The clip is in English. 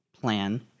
plan